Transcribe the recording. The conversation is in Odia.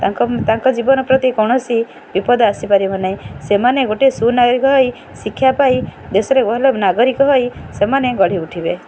ତାଙ୍କ ତାଙ୍କ ଜୀବନ ପ୍ରତି କୌଣସି ବିପଦ ଆସିପାରିବ ନାହିଁ ସେମାନେ ଗୋଟେ ସୁନାଗରିକ ହୋଇ ଶିକ୍ଷା ପାଇ ଦେଶରେ ଭଲ ନାଗରିକ ହୋଇ ସେମାନେ ଗଢ଼ି ଉଠିବେ